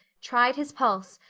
tried his pulse,